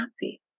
happy